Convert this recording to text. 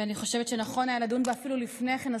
ואני חושבת שהיה נכון לדון בה אפילו לפני כן,